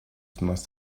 must